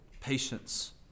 patience